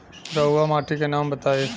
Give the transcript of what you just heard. रहुआ माटी के नाम बताई?